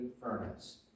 furnace